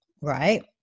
right